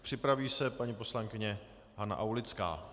Připraví se paní poslankyně Hana Aulická.